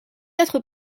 être